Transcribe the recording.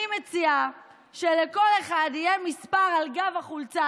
אני מציעה שלכל אחד יהיה מספר על גב החולצה,